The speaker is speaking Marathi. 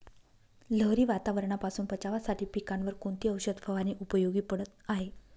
लहरी वातावरणापासून बचावासाठी पिकांवर कोणती औषध फवारणी उपयोगी पडत आहे?